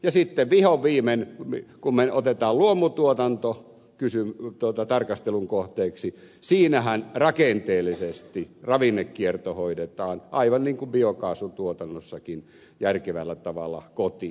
ja sitten vihonviimein kun otetaan luomutuotanto tarkastelun kohteeksi siinähän rakenteellisesti ravinnekierto hoidetaan aivan niin kuin biokaasutuotannossakin järkevällä tavalla kotiin